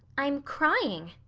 i'm crying,